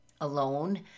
alone